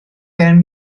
gennym